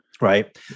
right